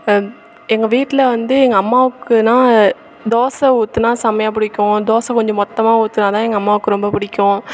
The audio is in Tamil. எங்கள் வீட்டில வந்து எங்கள் அம்மாவுக்குனால் தோசை ஊத்துனால் செம்மயாக பிடிக்கும் தோசை கொஞ்சம் மொத்தமாக ஊத்துனால்தான் எங்கள் அம்மாவுக்கு ரொம்ப பிடிக்கும்